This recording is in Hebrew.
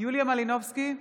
יוליה מלינובסקי,